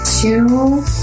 two